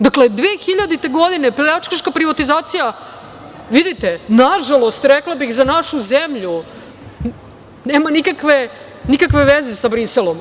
Dakle, 2000. godine pljačkaška privatizacija vidite, nažalost rekla bih, za našu zemlju nema nikakve veze sa Briselom.